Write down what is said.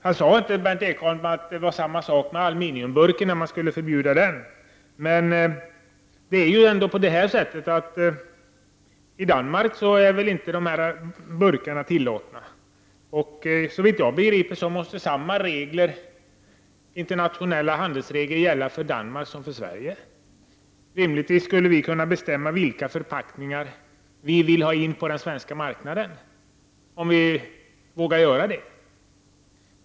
Berndt Ekholm sade inte att det var samma sak när man skulle förbjuda aluminiumburken. Men i Danmark är väl inte dessa burkar tillåtna? Såvitt jag förstår måste samma internationella handelsregler gälla för Danmark som för Sverige. Rimligtvis borde vi kunna bestämma vilka förpackningar vi vill ta in på den svenska marknaden, om vi vågar göra detta.